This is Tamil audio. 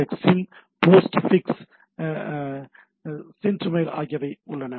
எக்சிம் போஸ்ட்ஃபிக்ஸ் சென்ட்மெயில் ஆகியவை உள்ளன